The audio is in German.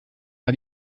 hat